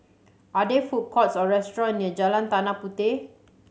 are there food courts or restaurant near Jalan Tanah Puteh